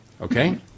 Okay